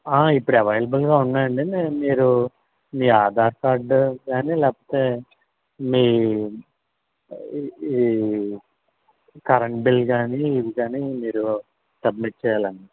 ఇప్పుడు అవైలబుల్గా ఉన్నాయండి మీ మీరు మీ ఆధార్ కార్డు గానీ లేకపోతే మీ ఈ ఈ కరెంటు బిల్ గానీ ఇవి గానీ మీరు సబ్మిట్ చెయ్యాలండి